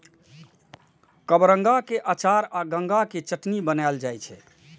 कबरंगा के अचार आ गंगा के चटनी बनाएल जाइ छै